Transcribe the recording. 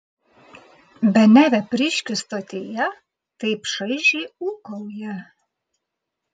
bene vepriškių stotyje taip šaižiai ūkauja